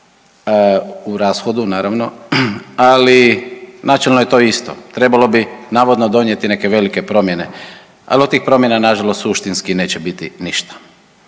u rashodu naravno, ali načelno je to isto. Trebalo bi navodno donijeti neke velike promjene, al od tih promjena nažalost suštinski neće biti ništa